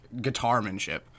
guitarmanship